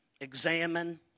Examine